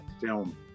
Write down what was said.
film